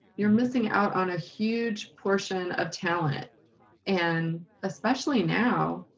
you're missing out on a huge portion of talent and especially now